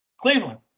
Cleveland